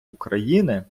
україни